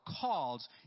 calls